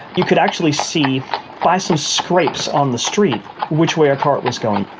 you could actually see by some scrapes on the street which way a cart was going.